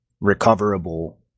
recoverable